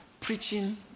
preaching